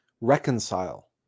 reconcile